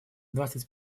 двадцать